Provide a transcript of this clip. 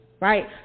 right